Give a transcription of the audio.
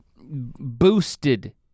boosted